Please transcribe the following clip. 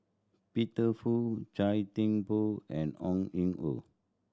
Peter Fu Chia Thye Poh and Ong An Ooi